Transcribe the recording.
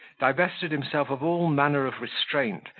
divested himself of all manner of restraint,